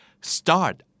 start